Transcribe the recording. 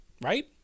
right